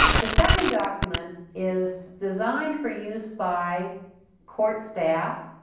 the second document is designed for use by court staff,